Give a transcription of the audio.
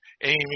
Amy